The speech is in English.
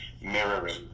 mirroring